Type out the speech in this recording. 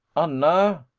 anna!